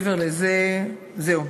לזה, זהו.